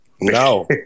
No